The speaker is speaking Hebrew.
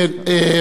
אדוני השר,